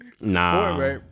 Nah